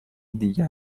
دیگر